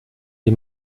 die